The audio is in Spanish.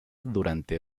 durante